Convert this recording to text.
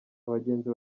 abagenzi